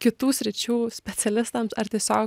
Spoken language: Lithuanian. kitų sričių specialistams ar tiesiog